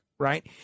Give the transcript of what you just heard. Right